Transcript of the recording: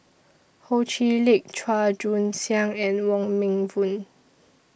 Ho Chee Lick Chua Joon Siang and Wong Meng Voon